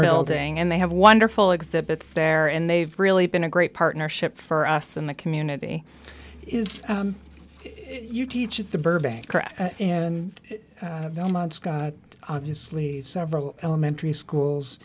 building and they have wonderful exhibits there and they've really been a great partnership for us in the community is you teach at the burbank and obviously several elementary schools